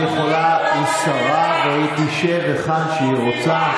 לא, לא, היא שרה, והיא תשב היכן שהיא רוצה.